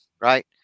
right